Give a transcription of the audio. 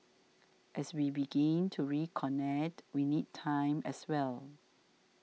as we begin to reconnect we need time as well